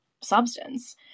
substance